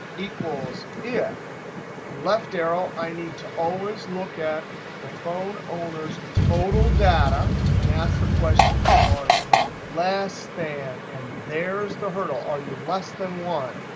equals if left arrow, i need to always look at the phone owner's total data and ask the question are less than? and there's the hurdle, are you less than one?